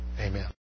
Amen